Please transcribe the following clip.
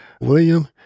William